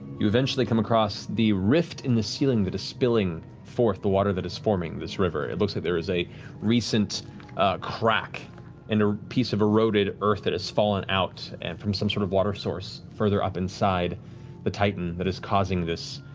you eventually come across the rift in the ceiling that is spilling forth the water that is forming this river. it looks like there is a recent crack and a piece of eroded earth that has fallen out and from some sort of water source further up inside the titan that is causing this